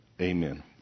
Amen